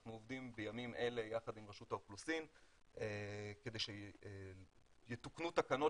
אנחנו עובדים בימים אלה יחד עם רשות האוכלוסין כדי שיתוקנו תקנות